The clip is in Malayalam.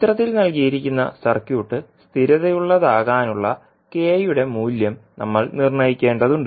ചിത്രത്തിൽ നൽകിയിരിക്കുന്ന സർക്യൂട്ട് സ്ഥിരതയുള്ളത് ആകാനുളള kയുടെ മൂല്യം നമ്മൾ നിർണ്ണയിക്കേണ്ടതുണ്ട്